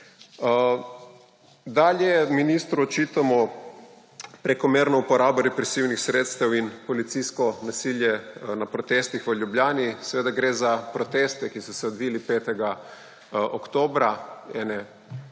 Dalje ministru očitamo prekomerno uporabo represivnih sredstev in policijsko nasilje v protestih v Ljubljani. Seveda gre za proteste, ki so se odvili 5. oktobra,